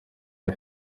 iyi